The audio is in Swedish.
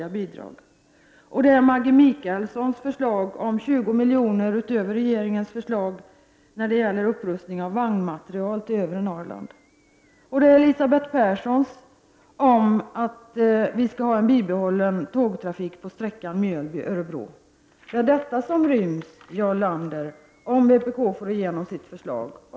Det handlar slutligen om Maggi Mikaelssons förslag om 20 milj.kr. utöver regeringens förslag för upprustning av vagnmateriel till övre Norrland och om Elisabeth Perssons förslag om bibehållande av tågtrafik på sträckan Mjölby-Örebro. Det är detta, Jarl Lander, som innefattas i vpk:s förslag.